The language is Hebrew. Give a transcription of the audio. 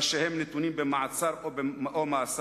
ראשיהם נתונים במעצר או במאסר.